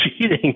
cheating